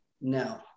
no